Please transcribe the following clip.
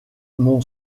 mon